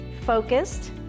focused